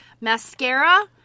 mascara